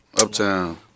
Uptown